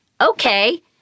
okay